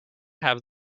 have